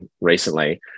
recently